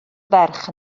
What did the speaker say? ferch